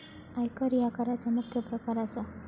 आयकर ह्या कराचा मुख्य प्रकार असा